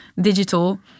digital